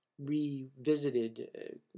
revisited